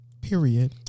period